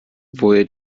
woher